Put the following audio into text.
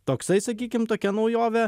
toksai sakykim tokia naujovė